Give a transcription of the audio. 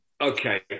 Okay